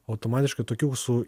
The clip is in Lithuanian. automatiškai tokių su